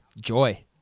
joy